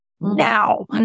Now